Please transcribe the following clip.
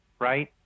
right